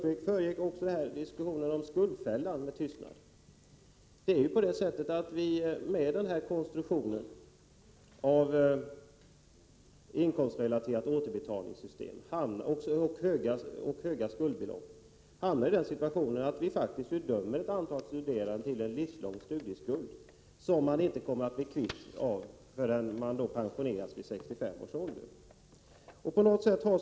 Lena Öhrsvik förbigick också diskussionen om skuldfällan med tystnad. Med konstruktionen inkomstrelaterade återbetalningssystem och höga skuldbelopp hamnar vi i den situationen att vi faktiskt dömer ett antal studerande till en livslång studieskuld, som man inte blir kvitt förrän man pensioneras vid 65 års ålder.